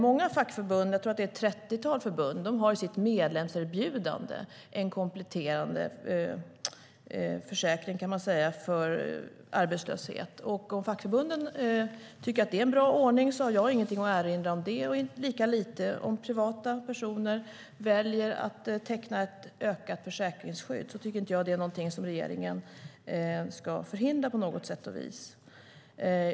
Många fackförbund - jag tror att det är ett trettiotal förbund - har i sitt medlemserbjudande en, kan man säga, kompletterande försäkring vid arbetslöshet. Om fackförbunden tycker att det är en bra ordning har jag inget att erinra mot det, lika lite som jag har om privatpersoner väljer att teckna ett ökat försäkringsskydd. Det tycker inte jag är någonting som regeringen på något vis ska förhindra.